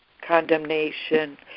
condemnation